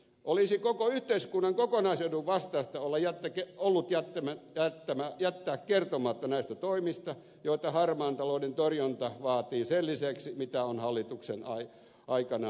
olisi koko yhteiskunnan kokonaisedun vastaista olla ja tekee olut ja tämä ollut jättää kertomatta näistä toimista joita harmaan talouden torjunta vaatii sen lisäksi mitä on hallituksen aikana jo aikaansaatu